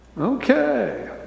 okay